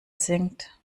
singt